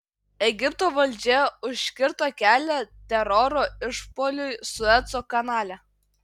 egipto valdžia užkirto kelią teroro išpuoliui sueco kanale